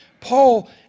Paul